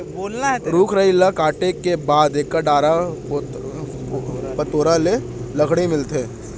रूख राई ल काटे के बाद एकर डारा पतोरा ले लकड़ी मिलथे